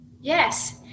Yes